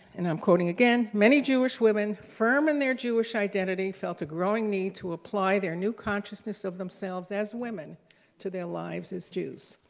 and am quoting again, many jewish women, firm in their jewish identity, felt a growing need to apply their new consciousness of themselves as women to their lives as jews.